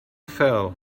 fell